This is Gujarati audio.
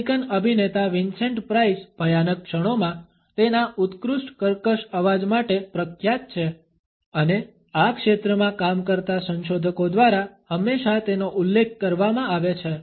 અમેરિકન અભિનેતા વિન્સેન્ટ પ્રાઇસ ભયાનક ક્ષણોમાં તેના ઉત્કૃષ્ટ કર્કશ અવાજ માટે પ્રખ્યાત છે અને આ ક્ષેત્રમાં કામ કરતા સંશોધકો દ્વારા હંમેશા તેનો ઉલ્લેખ કરવામાં આવે છે